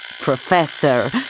Professor